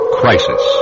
crisis